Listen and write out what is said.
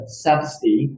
subsidy